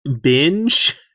binge